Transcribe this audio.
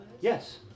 Yes